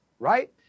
right